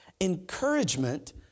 Encouragement